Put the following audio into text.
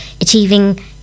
achieving